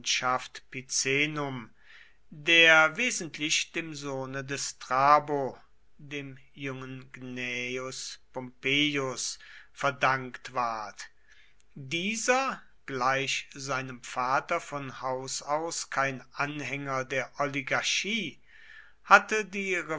picenum der wesentlich dem sohne des strabo dem jungen gnaeus pompeius verdankt ward dieser gleich seinem vater von haus aus kein anhänger der oligarchie hatte die